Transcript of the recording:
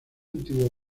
antiguo